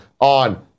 on